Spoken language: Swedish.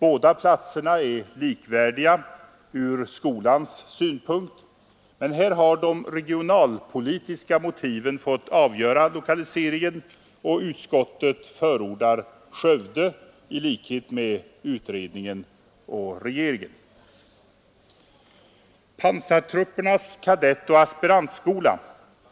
Båda platserna är likvärdiga ur skolans synpunkt. Men här har de regionalpolitiska motiven fått avgöra lokaliseringen, och utskottet förordar Skövde, i likhet med utredningen och regeringen. Pansartruppernas kadettoch aspirantskola